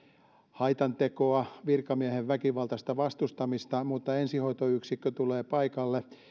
haitantekoa se on virkamiehen väkivaltaista vastustamista mutta kun ensihoitoyksikkö tulee paikalle niin